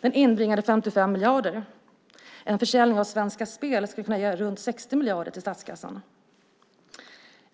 Den inbringade 55 miljarder. En försäljning av Svenska Spel skulle kunna ge runt 60 miljarder till statskassan.